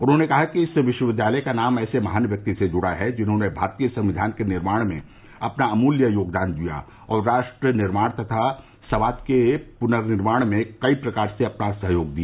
उन्होंने कहा कि इस विश्वविद्यालय का नाम ऐसे महान व्यक्ति से जुड़ा है जिन्होंने भारतीय संविधान के निर्माण में अपना अमूल्य योगदान दिया और राष्ट्र निर्माण तथा भारतीय समाज के प्नर्निर्माण में कई प्रकार से अपना सहयोग दिया